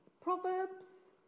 Proverbs